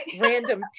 random